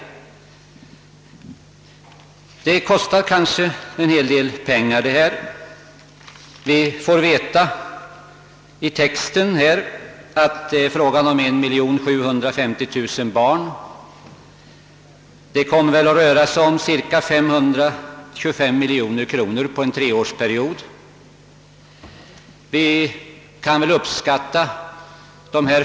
Detta kostar ganska mycket pengar. Vi får veta av texten att det gäller 1750 000 barn, och ökningen av barnbidragen kommer väl att röra sig om cirka 525 miljoner kronor under en treårsperiod.